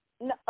No